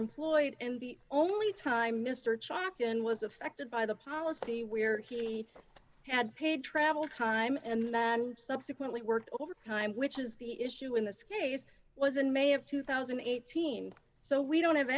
employed and the only time mr choppin was affected by the policy where he had paid travel time and that subsequently worked over time which is the issue in this case was in may of two thousand and eighteen so we don't have